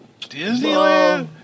Disneyland